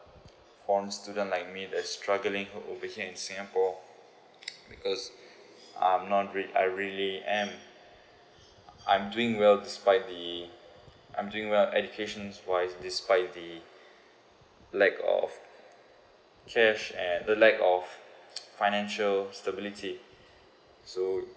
foreign student like me that's struggling over here in singapore because I'm not rich I really and I'm doing well despite the I'm doing well education wise despite the lack of cash and uh lack of financial stability so